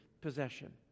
possession